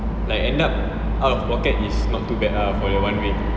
like end up out of pocket is not too bad lah for your one week